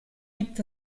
gibt